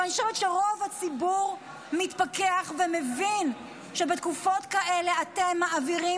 אבל אני חושבת שרוב הציבור מתפכח ומבין שבתקופות כאלה אתם מעבירים